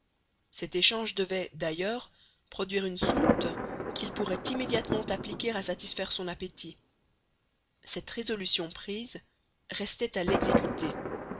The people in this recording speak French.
cet échange devait d'ailleurs produire une soulte qu'il pourrait immédiatement appliquer à satisfaire son appétit cette résolution prise restait à l'exécuter